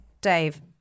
dave